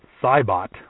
cybot